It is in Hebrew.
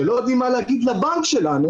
כשלא יודעים מה להגיד לבנק שלנו,